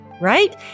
right